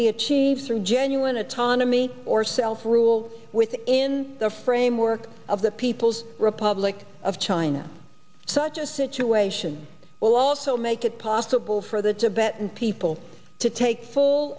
be achieved through genuine autonomy or self rule within the framework of the people's republic of china such a situation will also make it possible for the tibetan people to take full